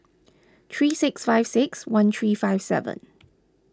three six five six one three five seven